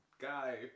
guy